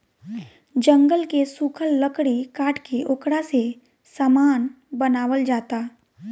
जंगल के सुखल लकड़ी काट के ओकरा से सामान बनावल जाता